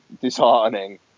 disheartening